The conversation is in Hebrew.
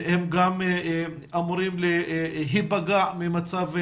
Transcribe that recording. הם גם אמורים להיפגע ממצב הדברים.